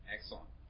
Excellent